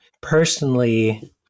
Personally